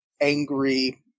angry